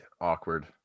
awkward